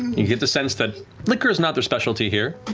you get the sense that liquor's not their specialty here.